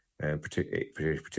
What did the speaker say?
Particularly